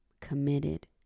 committed